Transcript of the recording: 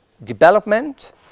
development